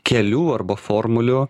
kelių arba formulių